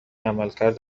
عملکرد